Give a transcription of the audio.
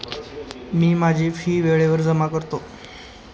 मी माझी फी वेळेवर जमा करतो